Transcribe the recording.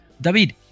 David